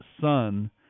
son